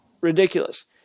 ridiculous